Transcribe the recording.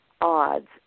odds